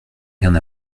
rien